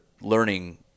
learning